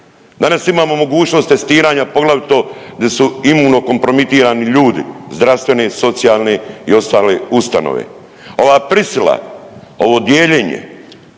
danas imamo mogućnost testiranja, poglavito gdje su imuno kompromitirani ljudi zdravstvene, socijalne i ostale ustanove. Ova prisila, ovo dijeljenje